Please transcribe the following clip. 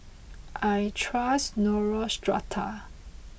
I trust Neostrata